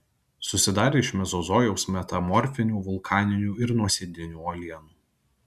susidarę iš mezozojaus metamorfinių vulkaninių ir nuosėdinių uolienų